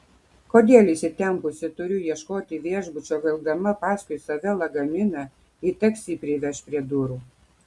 kodėl įsitempusi turiu ieškoti viešbučio vilkdama paskui save lagaminą jei taksi priveš prie durų